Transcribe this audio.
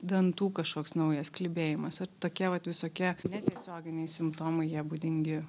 dantų kažkoks naujas klibėjimas ir tokie vat visokie netiesioginiai simptomai jie būdingi